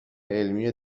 علمی